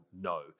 no